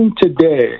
today